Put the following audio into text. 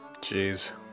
Jeez